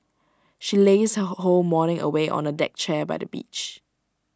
she lazed her whole morning away on A deck chair by the beach